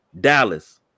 Dallas